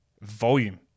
Volume